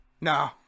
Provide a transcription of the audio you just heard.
No